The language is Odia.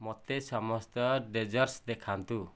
ମୋତେ ସମସ୍ତ ଡେଜର୍ଟ୍ସ୍ ଦେଖାନ୍ତୁ